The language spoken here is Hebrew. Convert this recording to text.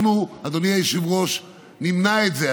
אנחנו, אדוני היושב-ראש, נמנע את זה.